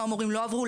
כמה מורים לא עברו?